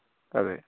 അ